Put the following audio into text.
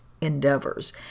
endeavors